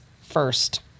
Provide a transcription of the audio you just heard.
first